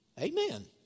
Amen